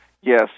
Yes